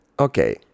okay